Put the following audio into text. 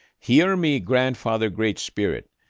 hear me, grandfather great spirit.